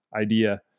idea